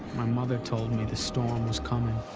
my mother told me the storm was coming.